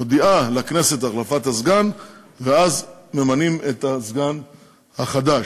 מודיעה לכנסת על החלפת הסגן ואז ממנים את הסגן החדש.